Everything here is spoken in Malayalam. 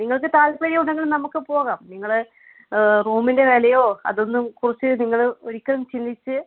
നിങ്ങൾക്ക് താൽപര്യം ഉണ്ടെങ്കിലും നമുക്ക് പോകാം നിങ്ങൾ റൂമിൻ്റെ വിലയോ അതൊന്നും കുറിച്ച് നിങ്ങൾ ഒരിക്കലും ചിന്തിച്ച്